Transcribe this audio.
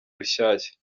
rushyashya